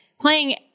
playing